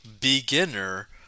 beginner